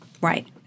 Right